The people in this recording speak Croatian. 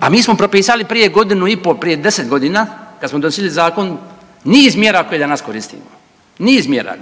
A mi smo propisali prije godinu i po, prije 10 godina, kad smo donosili zakon, niz mjera koje danas koristimo, niz mjera